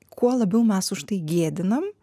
kuo labiau mes už tai gėdinam